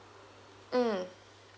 mm